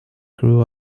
grew